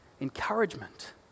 Encouragement